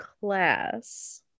class